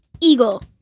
Eagle